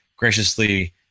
graciously